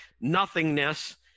nothingness